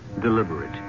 deliberate